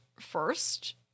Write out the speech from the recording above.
first